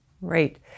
Right